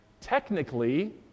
Technically